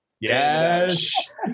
Yes